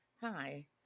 Hi